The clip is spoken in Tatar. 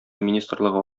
министрлыгы